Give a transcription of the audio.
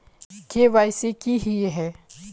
KYC की हिये है?